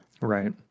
right